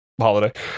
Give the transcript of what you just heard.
holiday